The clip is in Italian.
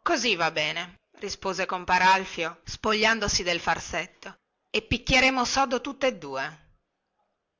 così va bene rispose compare alfio spogliandosi del farsetto e picchieremo sodo tutte due